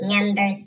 Number